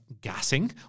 gassing